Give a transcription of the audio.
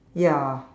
ya